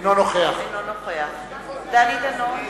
אינו נוכח דני דנון,